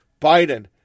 Biden